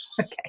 Okay